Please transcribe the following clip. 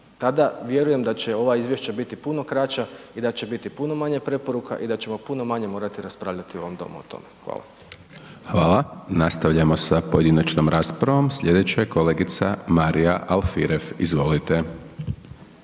Tada vjerujem da će ova izvješća biti puno kraća i da će biti puno manje preporuka i da ćemo puno manje morati raspravljati u ovom Domu o tome. Hvala. **Hajdaš Dončić, Siniša (SDP)** Hvala. Nastavljamo sa pojedinačnom raspravom, sljedeća je kolegica Marija Alfirev, izvolite.,